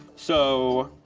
so